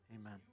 Amen